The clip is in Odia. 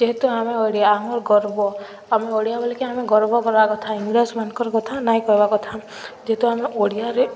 ଯେହେତୁ ଆମେ ଓଡ଼ିଆ ଆମର ଗର୍ବ ଆମେ ଓଡ଼ିଆ ବୋଲିକି ଆମେ ଗର୍ବ କରିବା କଥା ଇଂରେଜମାନଙ୍କର କଥା କହିବା କଥା ନୁହେଁ ଯେହେତୁ ଆମେ ଓଡ଼ିଆରେ